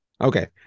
Okay